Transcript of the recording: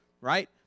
right